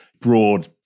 broad